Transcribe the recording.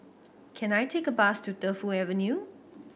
can I take a bus to Defu Avenue